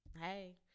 Hey